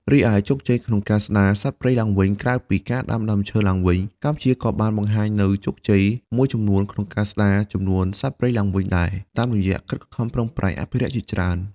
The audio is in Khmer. រីឯជោគជ័យក្នុងការស្ដារសត្វព្រៃឡើងវិញក្រៅពីការដាំដើមឈើឡើងវិញ កម្ពុជាក៏បានបង្ហាញនូវជោគជ័យមួយចំនួនក្នុងការស្ដារចំនួនសត្វព្រៃឡើងវិញដែរ តាមរយៈកិច្ចខិតខំប្រឹងប្រែងអភិរក្សជាច្រើន។